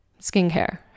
skincare